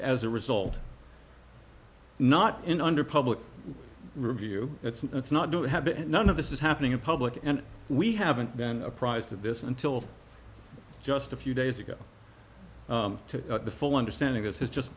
as a result not in under public review it's it's not to have it none of this is happening in public and we haven't been apprised of this until just a few days ago to the full understanding this is just